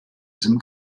sim